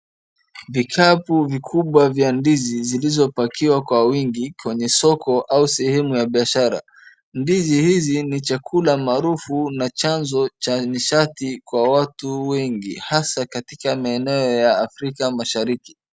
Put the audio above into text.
Vikapu vikubwa vya ndizi zilizopakiwa kwa wingi kwenye soko au sehemu ya biashara. Ndizi hizi ni chakula maarufu na chanzo cha nishati kwa watu wengi hasa katika maeneo ya Afrika Mashariki.